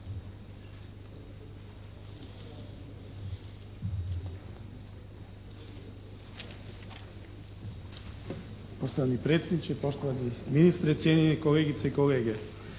Poštovani predsjedniče, poštovani ministre, cijenjeni kolegice i kolege.